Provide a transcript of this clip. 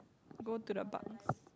go to the pubs